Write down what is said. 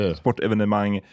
sportevenemang